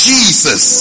Jesus